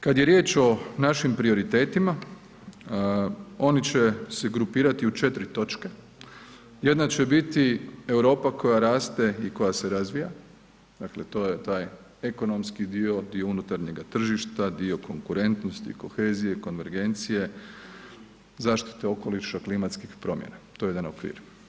Kad je riječ o našim prioritetima, oni će se grupirati u 4 točke, jedna će biti Europa koja raste i koja se razvija, dakle to je taj ekonomski dio, dio unutarnjega tržišta, dio konkurentnosti, kohezije, konvergencije, zaštite okoliša, klimatskih promjena, to je jedan okvir.